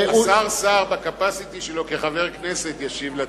השר סער, בקפסיטי שלו כחבר כנסת, ישיב לטענה.